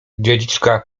dziedziczka